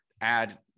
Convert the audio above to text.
add